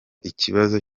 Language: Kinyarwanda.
ikibazo